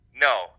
No